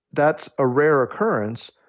that's a rare occurrence,